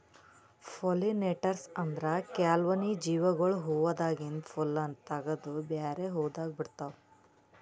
pollinators ಅಂದ್ರ ಕೆಲ್ವನ್ದ್ ಜೀವಿಗೊಳ್ ಹೂವಾದಾಗಿಂದ್ ಪೊಲ್ಲನ್ ತಗದು ಬ್ಯಾರೆ ಹೂವಾದಾಗ ಬಿಡ್ತಾವ್